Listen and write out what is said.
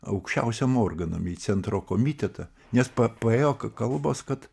aukščiausiem organam į centro komitetą nes paėjo kalbos kad